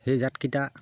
সেই জাতকেইটা